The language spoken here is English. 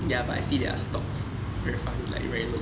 ya but I see their stocks very funny like very low